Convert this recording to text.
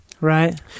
Right